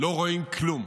לא רואים כלום,